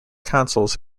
consoles